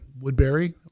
Woodbury